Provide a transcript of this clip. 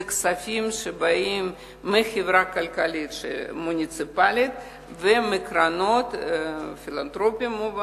אלה כספים שבאים מחברה כלכלית מוניציפלית ומקרנות פילנתרופיות.